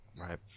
Right